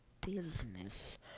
business